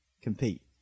compete